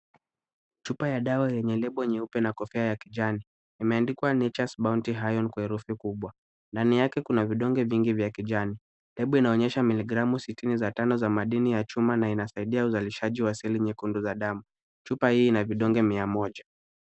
Chupa ya dawa yenye lebo nyeupe na kofia ya kijani imeandikwa Nature's bounty iron kwa herufi kubwa. Ndani yake kuna vidonge vingi vya kijani. Table inaonyesha 65mg za madini ya chuma na inasaidia uzalishaji wa seli nyekundu za damu. Chupa hii ina vidonge 100.